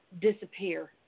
disappear